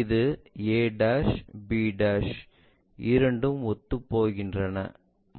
இது a b இரண்டும் ஒத்துப்போகின்றன